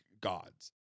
gods